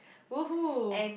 !woohoo!